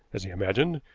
as he imagined,